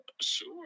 Sure